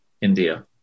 India